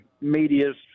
medias